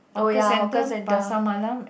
oh ya hawker center